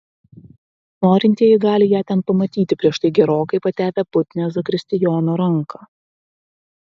norintieji gali ją ten pamatyti prieš tai gerokai patepę putnią zakristijono ranką